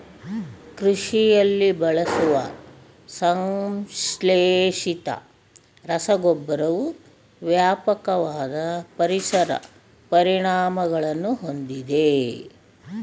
ಕೃಷಿಯಲ್ಲಿ ಬಳಸುವ ಸಂಶ್ಲೇಷಿತ ರಸಗೊಬ್ಬರವು ವ್ಯಾಪಕವಾದ ಪರಿಸರ ಪರಿಣಾಮಗಳನ್ನು ಹೊಂದಿದೆ